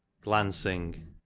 glancing